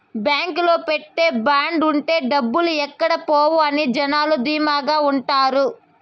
బాంకులో పెట్టే బాండ్ ఉంటే డబ్బులు ఎక్కడ పోవు అని జనాలు ధీమాగా ఉంటారు